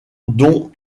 dont